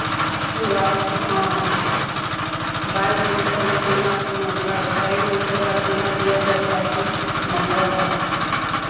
तो आप हाँ बाइस करेट का जो सोना होता है वो महँगा होता है एक नंबर का सोना दिया जाता है तो महंगा है